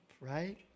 Right